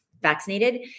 vaccinated